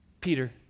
Peter